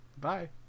Bye